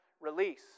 release